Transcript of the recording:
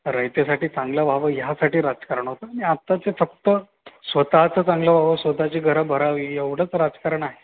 रयतेसाठी चांगलं व्हावं ह्यासाठी राजकारण होतंं आणि आताचे फक्त स्वतःचंं चांगलं व्हावं स्वतःची घरं भरावी एवढंच राजकारण आहे